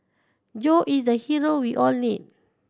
Joe is the hero we all need